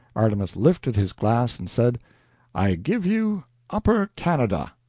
artemus lifted his glass, and said i give you upper canada.